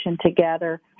together